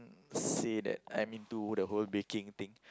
say that I mean do the whole baking thing